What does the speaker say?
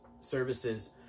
services